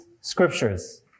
scriptures